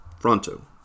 FRONTO